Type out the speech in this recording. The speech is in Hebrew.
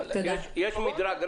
יש מדרג.